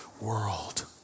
world